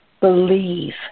believe